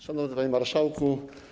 Szanowny Panie Marszałku!